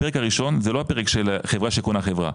הפרק הראשון זה לא הפרק של החברה שקונה חברה,